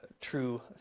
true